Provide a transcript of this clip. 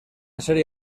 serie